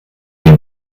wir